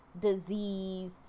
disease